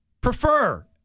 prefer